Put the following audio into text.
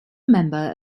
member